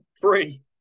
Three